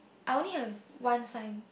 I only have one sign